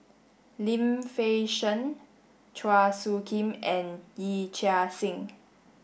Lim Fei Shen Chua Soo Khim and Yee Chia Hsing